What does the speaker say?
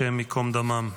השם ייקום דמם.